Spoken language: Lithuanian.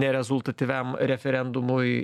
nerezultatyviam referendumui